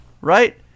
right